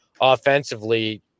offensively